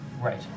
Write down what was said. Right